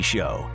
Show